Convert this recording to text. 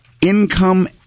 income